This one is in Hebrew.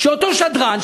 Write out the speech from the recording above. אותו שדרן,